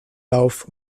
lauf